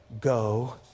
go